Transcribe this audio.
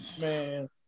Man